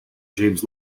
james